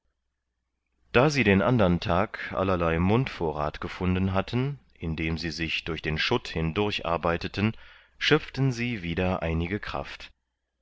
da sie den andern tag allerlei mundvorrath gefunden hatten indem sie sich durch den schutt hindurch arbeiteten schöpften sie wieder einige kraft